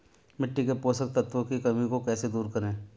मिट्टी के पोषक तत्वों की कमी को कैसे दूर करें?